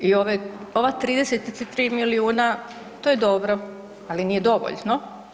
I ova 33 milijuna to je dobro, ali nije dovoljno.